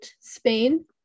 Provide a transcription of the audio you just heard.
Spain